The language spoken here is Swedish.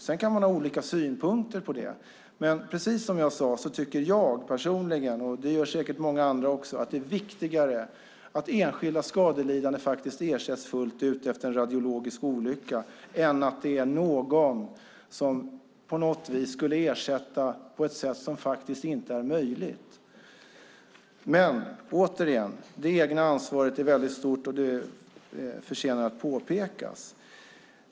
Man kan ha olika synpunkter på det, men personligen tycker jag, och säkert många andra också, att det är viktigare att enskilda skadelidande ersätts fullt ut efter en radiologisk olycka än att någon på något vis skulle ersätta på ett sätt som faktiskt inte är möjligt. Återigen: Det egna ansvaret är mycket stort, vilket förtjänar att påpekas.